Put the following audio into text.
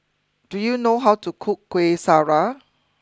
do you know how to cook Kueh Syara